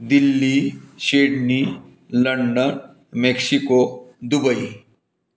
Delhi Sydney London Mexico Dubai